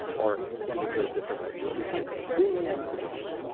or let me put it a different way it will become extremely unpredictable.